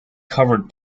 covered